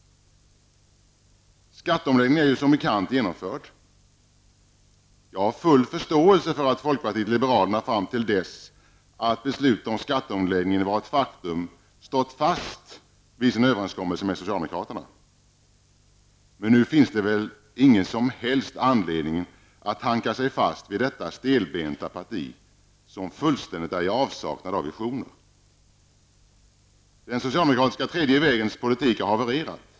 Skatteomläggningen är ju som bekant genomförd. Jag har full förståelse för att folkpartiet liberalerna fram till dess att beslutet om skatteomläggningen var ett faktum stått fast vid sin överenskommelse med socialdemokraterna. Men nu finns det väl ingen som helst anledning att hanka sig fast vid detta stelbenta parti som fullständigt är i avsaknad av visioner. Den socialdemokratiska tredje vägens politik har havererat.